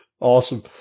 Awesome